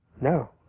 No